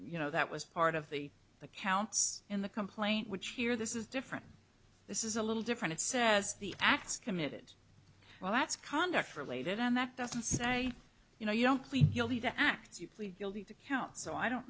you know that was part of the accounts in the complaint which here this is different this is a little different it says the acts committed well that's conduct related and that doesn't say you know you don't plead guilty to acts you plead guilty to count so i don't